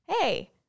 Hey